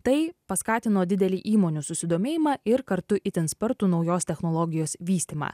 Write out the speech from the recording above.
tai paskatino didelį įmonių susidomėjimą ir kartu itin spartų naujos technologijos vystymą